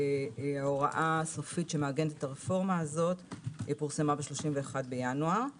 וההוראה הסופית שמעגנת את הרפורמה הזאת פורסמה ב-31 בינואר.